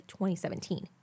2017